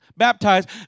baptized